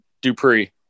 Dupree